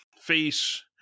face